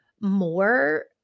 more